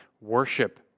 worship